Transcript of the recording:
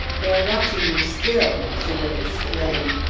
they are watching you still! she would exclaim.